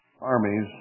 armies